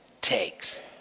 takes